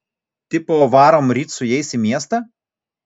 tipo varom ryt su jais į miestą